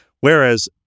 Whereas